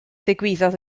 ddigwyddodd